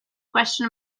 question